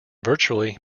virtually